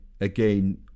again